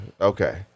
Okay